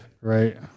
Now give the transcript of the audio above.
Right